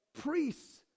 priests